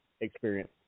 experience